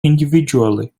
individually